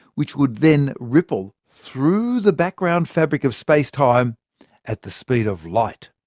which would then ripple through the background fabric of space-time at the speed of light.